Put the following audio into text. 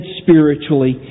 spiritually